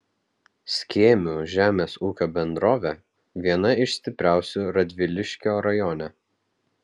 skėmių žemės ūkio bendrovė viena iš stipriausių radviliškio rajone